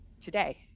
today